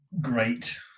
great